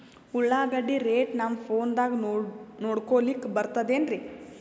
ಉಳ್ಳಾಗಡ್ಡಿ ರೇಟ್ ನಮ್ ಫೋನದಾಗ ನೋಡಕೊಲಿಕ ಬರತದೆನ್ರಿ?